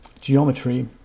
geometry